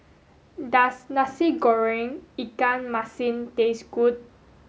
does Nasi Goreng Ikan Masin taste good